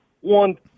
One